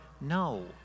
No